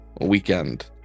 weekend